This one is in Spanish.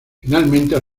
finalmente